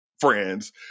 friends